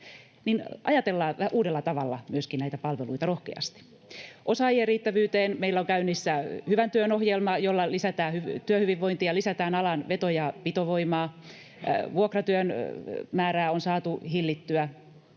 ajatellaan uudella tavalla myöskin näitä palveluita rohkeasti. Osaajien riittävyyteen meillä on käynnissä Hyvän työn ohjelma, jolla lisätään työhyvinvointia ja lisätään alan veto- ja pitovoimaa. Vuokratyön määrää on saatu hillittyä,